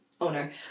Owner